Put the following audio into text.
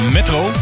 Metro